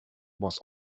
was